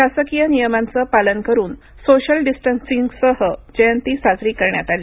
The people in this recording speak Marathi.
शासकीय नियमांचे पालन करून सोशल डिस्टन्सिंगसहीत जयंती साजरी करण्यात आली